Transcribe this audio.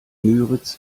müritz